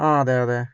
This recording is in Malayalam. ആ അതെ അതെ